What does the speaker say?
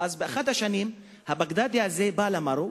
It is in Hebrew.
באחת השנים הבגדדי הזה בא למרו